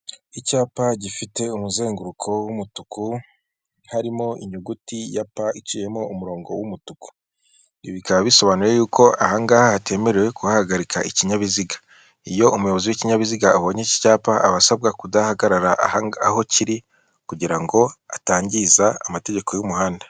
Icyapa gifite umuzenguruko w'umutuku, harimo inyuguti ya "p" iciyemo umurongo w'umutuku, ibi bikaba bisobanuye y'uko aha ngaha hatemerewe kuhahagarika ikinyabiziga, iyo umuyobozi w'ikinyabiziga abonye iki cyapa aba asabwa kudahagarara aho kiri kugira ngo atangiza amategeko y'umuhanda.